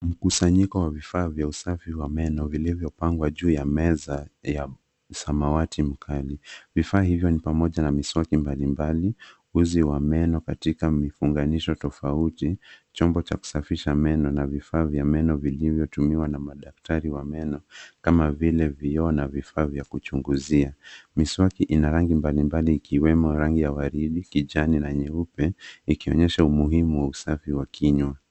Mkusanyiko wa vifaa vya usafi wa meno vilivyopangwa juu ya meza ya samawati mkali. Vifaa hivyo ni pamoja na miswaki mbalimbali, uzi wa meno katika mifunganisho tofauti, chombo cha kusafisha meno na vifaa vya meno vilivyotumiwa na madaktari wa meno kama vile vioo na vifaa vya kuchunguzia. Miswaki ina rangi mbalimbali ikiwemo rangi ya waridi, kijani na nyeupe ikionyesha umuhimu wa usafi wa kinywa.